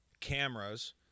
cameras